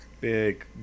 Big